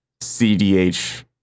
CDH